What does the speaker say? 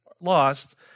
lost